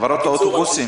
חברות האוטובוסים.